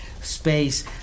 space